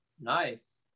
nice